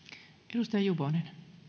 arvoisa puhemies